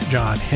John